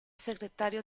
segretario